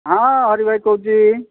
ହଁ ହରି ଭାଇ କହୁଛି